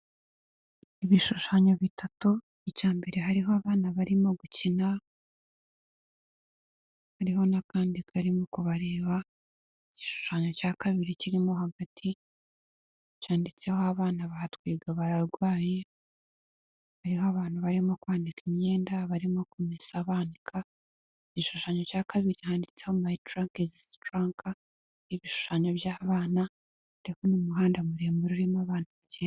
Ibishushanyo bitatu, icya mbere hariho abana barimo gukina, hariho n'akandi karimo kubareba, igishushanyo cya kabiri kirimo hagati, cyanditseho abana ba twiga bararwaye, hariho abantu barimo kwanika imyenda, barimo kumesa banika, igishushanyo cya kabiri handitseho mayi taraka izi sitaki. Ibishushanyo by'abana ndetse n'umuhanda muremure urimo abantu icyenda.